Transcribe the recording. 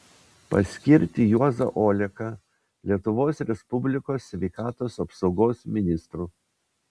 paskirti juozą oleką lietuvos respublikos sveikatos apsaugos ministru